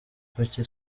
kuki